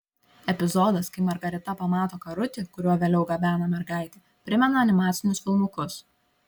epizodas kai margarita pamato karutį kuriuo vėliau gabena mergaitę primena animacinius filmukus